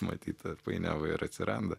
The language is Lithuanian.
matyt ta painiava ir atsiranda